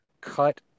cut